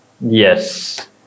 Yes